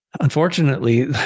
Unfortunately